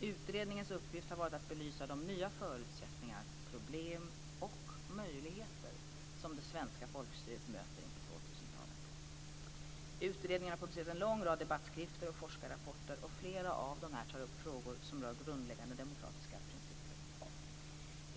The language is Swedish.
Utredningens uppdrag har varit att belysa de nya förutsättningar, problem och möjligheter som det svenska folkstyret möter inför 2000-talet. Utredningen har publicerat en lång rad debattskrifter och forskarrapporter. Flera av dessa tar upp frågor som rör grundläggande demokratiska principer.